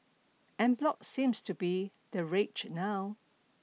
enblock seems to be the rage now